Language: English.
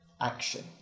action